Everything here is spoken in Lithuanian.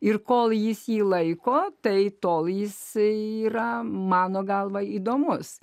ir kol jis jį laiko tai tol jisai yra mano galva įdomus